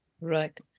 Right